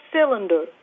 cylinder